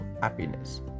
happiness